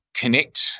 connect